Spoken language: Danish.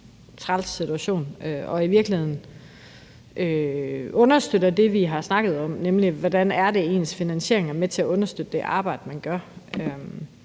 træls situation. I virkeligheden understøtter det det, vi har snakket om, nemlig hvordan det er, at ens finansiering er med til at understøtte det arbejde, man gør.